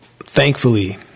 Thankfully